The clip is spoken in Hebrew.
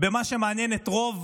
במה שמעניין את רוב